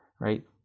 right